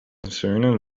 söhnen